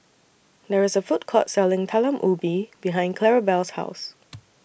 There IS A Food Court Selling Talam Ubi behind Clarabelle's House